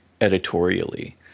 editorially